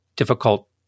difficult